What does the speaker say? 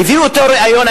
הביאו אותו לריאיון,